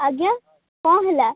ଆଜ୍ଞା କ'ଣ ହେଲା